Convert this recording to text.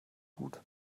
gut